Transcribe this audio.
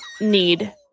need